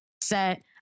set